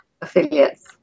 Affiliates